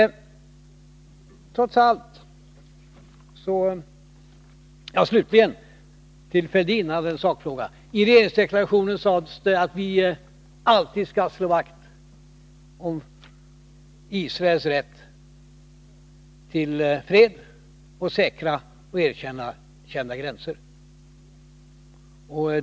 Slutligen vill jag svara herr Fälldin angående en sakfråga. I regeringsdeklarationen sades att vi alltid skall slå vakt om Israels rätt till fred och säkra och erkända gränser.